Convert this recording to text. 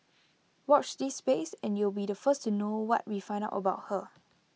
watch this space and you'll be the first to know what we find out about her